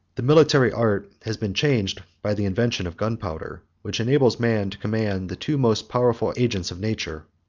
the military art has been changed by the invention of gunpowder which enables man to command the two most powerful agents of nature,